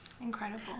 Incredible